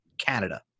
Canada